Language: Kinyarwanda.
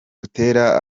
butera